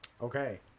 Okay